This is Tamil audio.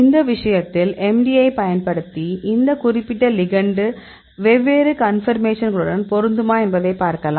இந்த விஷயத்தில் MD யைப் பயன்படுத்தி இந்த குறிப்பிட்ட லிகெண்டு வெவ்வேறு கன்பர்மேஷன்களுடன் பொருந்துமா என்பதை பார்க்கலாம்